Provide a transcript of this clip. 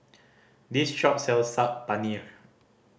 this shop sells Saag Paneer